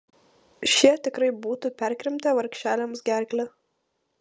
šie tikrai būtų perkrimtę vargšelėms gerklę